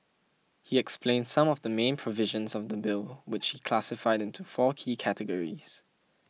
he explained some of the main provisions of the bill which he classified into four key categories